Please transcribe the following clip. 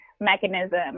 mechanism